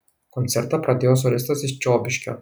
koncertą pradėjo solistas iš čiobiškio